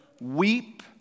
weep